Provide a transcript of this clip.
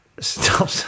Stop